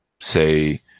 say